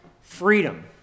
freedom